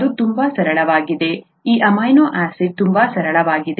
ಇದು ತುಂಬಾ ಸರಳವಾಗಿದೆ ಈ ಅಮೈನೋ ಆಸಿಡ್ ತುಂಬಾ ಸರಳವಾಗಿದೆ